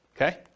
Okay